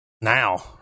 now